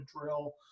drill